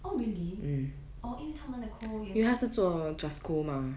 oh really oh 因为他们的 co 也是